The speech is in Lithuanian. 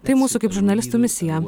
tai mūsų kaip žurnalistų misija